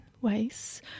ways